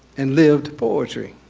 and lived poetry.